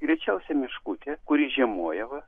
greičiausiai meškutė kuri žiemoja va